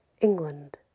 England